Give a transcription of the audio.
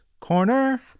Corner